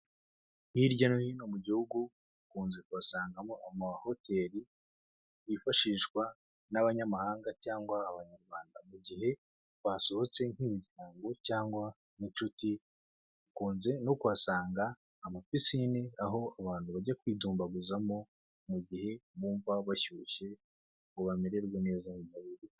Hirya no hino mu gihugu ukunze kuhasangamo ama hoteli yifashishwa n'abanyamahanga cyangwa abanyarwanda mu gihe basohotse nk'imiryango cyangwa n'inshuti, ukunze no kuhasanga ama piscine, aho abantu bajya kwidumbaguzamo mu gihe bumva bashyushye ngo bamererwe neza.